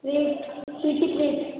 parade P T parade